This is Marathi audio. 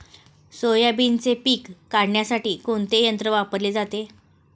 सोयाबीनचे पीक काढण्यासाठी कोणते यंत्र वापरले जाते?